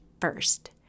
first